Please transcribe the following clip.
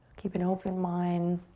keep an open mind.